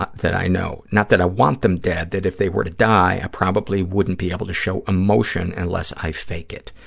that i know, not that i want them dead, that if they were to die i probably wouldn't be able to show emotion unless i fake it.